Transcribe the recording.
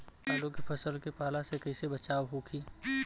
आलू के फसल के पाला से कइसे बचाव होखि?